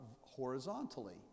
horizontally